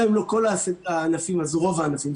גם אם לא כל הענפים אז רוב הענפים.